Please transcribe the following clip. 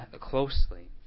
closely